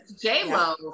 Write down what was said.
J-Lo